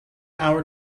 hour